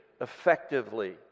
effectively